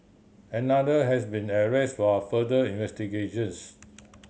another has been arrested for further investigations